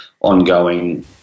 ongoing